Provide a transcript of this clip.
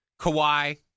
Kawhi